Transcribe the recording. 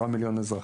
10 מיליון אזרחים.